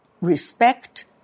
respect